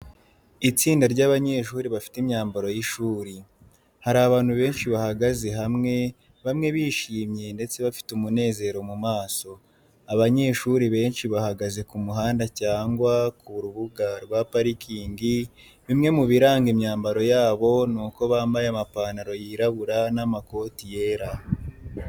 Itsinda ry'abanyeshuri bafite imyambaro y'ishuri. Hari abantu benshi bahagaze hamwe bamwe bishimye ndetse bafite umunezero mu maso. Abanyeshuri benshi bahagaze ku muhanda cyangwa ku rubuga rwa parikingi bimwe mu biranga imyambaro yabo ni ko bambaye amapantaro yirabura n’amakoti yera.